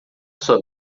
sua